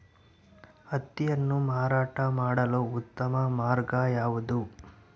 ಹತ್ತಿಯನ್ನು ಮಾರಾಟ ಮಾಡಲು ಉತ್ತಮ ಮಾರ್ಗ ಯಾವುದು?